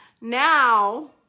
Now